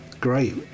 great